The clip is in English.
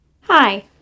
Hi